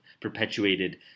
perpetuated